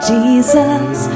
Jesus